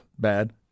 Bad